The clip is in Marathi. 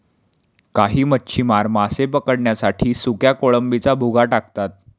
काही मच्छीमार मासे पकडण्यासाठी सुक्या कोळंबीचा भुगा टाकतात